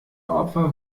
opfer